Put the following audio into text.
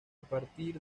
partir